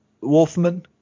Wolfman